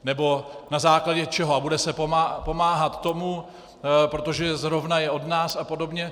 Nebo na základě čeho a bude se pomáhat tomu protože zrovna je od nás a podobně?